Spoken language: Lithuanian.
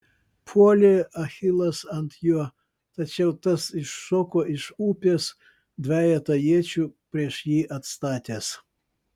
puolė achilas ant jo tačiau tas iššoko iš upės dvejetą iečių prieš jį atstatęs